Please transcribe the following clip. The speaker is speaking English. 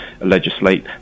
legislate